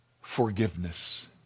forgiveness